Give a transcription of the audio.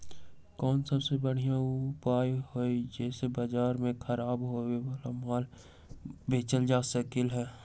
कोन सबसे बढ़िया उपाय हई जे से बाजार में खराब होये वाला माल बेचल जा सकली ह?